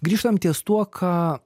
grįžtam ties tuo ką